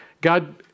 God